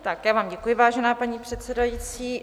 Já vám děkuji, vážená paní předsedající.